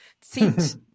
seat